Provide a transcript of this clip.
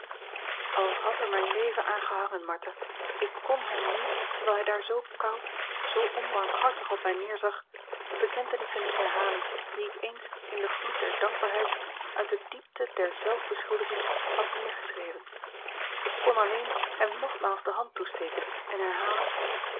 al had er mijn leven aan gehangen martha ik kon hem nu terwijl hij daar zoo koud zoo onbarmhartig op mij neerzag de bekentenissen niet herhalen die ik eens in den gloed der dankbaarheid uit de diepte der zelf beschuldiging had neergeschreven ik kon alleen hem nogmaals de hand toesteken en herhalen